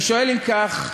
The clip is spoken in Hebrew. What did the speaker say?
אני שואל, אם כך,